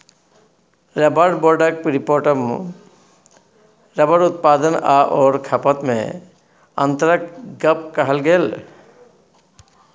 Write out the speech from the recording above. rubber बोर्डक रिपोर्टमे rubber उत्पादन आओर खपतमे अन्तरक गप कहल गेल